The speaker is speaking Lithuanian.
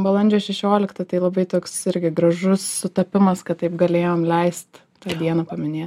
balandžio šešioliktą tai labai toks irgi gražus sutapimas kad taip galėjom leist tą dieną paminė